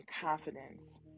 confidence